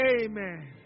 amen